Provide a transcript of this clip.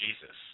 Jesus